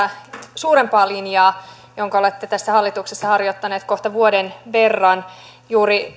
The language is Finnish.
suurempaa linjaa jota olette tässä hallituksessa harjoittaneet kohta vuoden verran